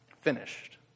finished